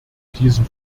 diesen